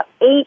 eight